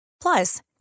Plus